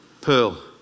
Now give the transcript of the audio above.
Pearl